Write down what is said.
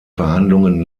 verhandlungen